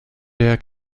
der